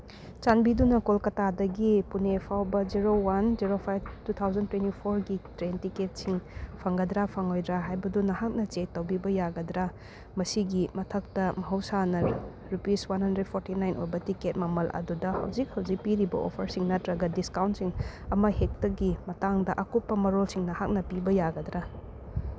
ꯆꯥꯟꯕꯤꯗꯨꯅ ꯀꯣꯜꯀꯇꯥꯗꯒꯤ ꯄꯨꯅꯦ ꯐꯥꯎꯕ zero one zero five two thousand twenty ꯐꯣꯔꯒꯤ ꯇ꯭ꯔꯦꯟ ꯇꯤꯀꯦꯠꯁꯤꯡ ꯐꯪꯒꯗ꯭ꯔꯥ ꯐꯪꯉꯣꯏꯗ꯭ꯔꯥ ꯍꯥꯏꯕꯗꯨ ꯅꯍꯥꯛꯅ ꯆꯦꯛ ꯇꯧꯕꯤꯕ ꯌꯥꯒꯗ꯭ꯔꯥ ꯃꯁꯤꯒꯤ ꯃꯊꯛꯇ ꯃꯍꯧꯁꯥꯅ rupees one hundred forty nine ꯑꯣꯏꯕ ꯇꯤꯀꯦꯠ ꯃꯃꯜ ꯑꯗꯨꯗ ꯍꯧꯖꯤꯛ ꯍꯧꯖꯤꯛ ꯄꯤꯔꯤꯕ ꯑꯣꯐꯔꯁꯤꯡ ꯅꯠꯇ꯭ꯔꯒ ꯗꯤꯁꯀꯥꯎꯟꯁꯤꯡ ꯑꯃꯍꯦꯛꯇꯒꯤ ꯃꯇꯥꯡꯗ ꯑꯀꯨꯞꯄ ꯃꯔꯣꯜꯁꯤꯡ ꯅꯍꯥꯛꯅ ꯄꯤꯕ ꯌꯥꯒꯗ꯭ꯔꯥ